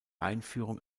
einführung